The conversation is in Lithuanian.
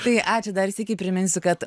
tai ačiū dar sykį priminsiu kad